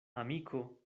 amiko